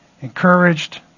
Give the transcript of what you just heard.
encouraged